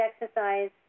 exercise